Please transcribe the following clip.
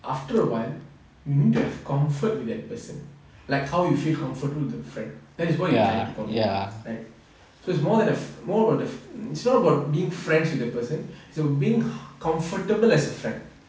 after a while you need to have comfort with that person like how you feel comfortable with the friend that is what you trying to convey ah like is it's more than a more of a eh it's not about being friends with that person it's being comfortable as a friend